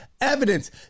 evidence